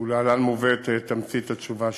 להלן מובאת תמצית התשובה שהתקבלה: